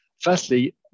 Firstly